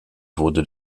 wurde